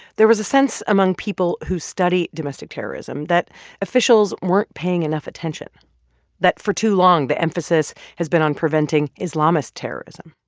there was a sense among people who study domestic terrorism that officials weren't paying enough attention that for too long, the emphasis has been on preventing islamist terrorism,